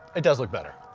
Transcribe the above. it does look better.